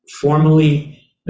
formally